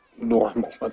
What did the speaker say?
normal